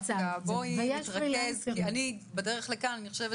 בדרך לכאן ראיתי